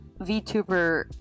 vtuber